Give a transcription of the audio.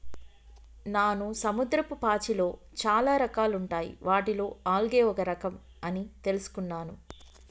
నాను సముద్రపు పాచిలో చాలా రకాలుంటాయి వాటిలో ఆల్గే ఒక రఖం అని తెలుసుకున్నాను